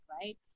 right